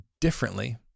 differently